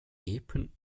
epen